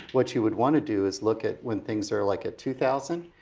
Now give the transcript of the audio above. what you would wanna do is look at when things are like at two thousand.